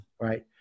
right